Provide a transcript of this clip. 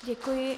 Děkuji.